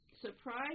Surprise